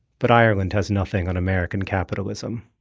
but ireland has nothing on american capitalism.